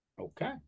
Okay